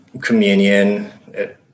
communion